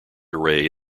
array